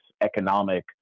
economic